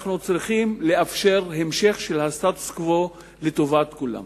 ואנו צריכים לאפשר את המשך הסטטוס-קוו לטובת כולם.